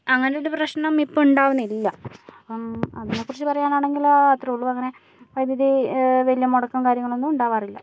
അങ്ങനെ ഒരു പ്രശ്നം ഇപ്പമുണ്ടാവുന്നില്ല അപ്പം അതിനെക്കുറിച്ച് പറയാനാണെങ്കില് അത്രേയുള്ളൂ അങ്ങനെ വൈദുതി വലിയ മുടക്കം കാര്യങ്ങളൊന്നും ഉണ്ടാവാറില്ല